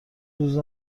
روز